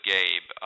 Gabe